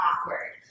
awkward